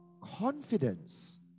confidence